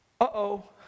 Uh-oh